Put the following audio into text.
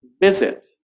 visit